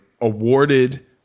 awarded